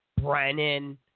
Brennan